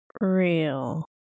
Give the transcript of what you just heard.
Real